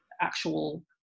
actual